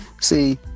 See